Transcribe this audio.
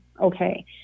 Okay